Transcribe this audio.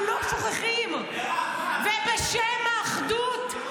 אנחנו לא שוכחים -- מירב ----- ובשם האחדות,